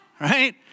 right